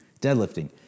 deadlifting